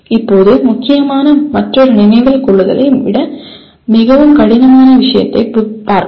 இப்போது முக்கியமான மற்றொரு நினைவில் கொள்ளுதலை விட மிகவும் கடினமான விஷயத்தை பார்ப்போம்